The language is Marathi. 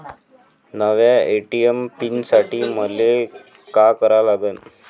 नव्या ए.टी.एम पीन साठी मले का करा लागन?